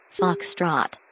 Foxtrot